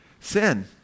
Sin